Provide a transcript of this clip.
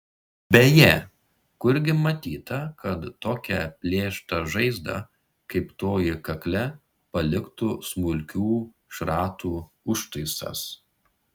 beje kurgi matyta kad tokią plėštą žaizdą kaip toji kakle paliktų smulkių šratų užtaisas